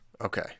Okay